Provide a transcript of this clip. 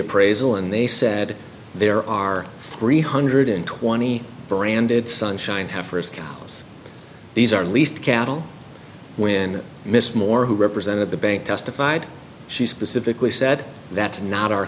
appraisal and they said there are three hundred twenty branded sunshine heifers cows these are least cattle when mr moore who represented the bank testified she specifically said that's not our